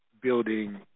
building